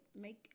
Make